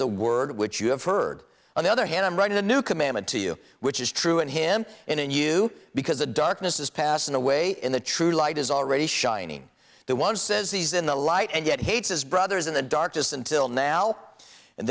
the word which you have heard on the other hand i'm writing a new commandment to you which is true and him in and you because the darkness is passing away in the true light is already shining the one says he's in the light and yet hates his brothers in the darkness until now and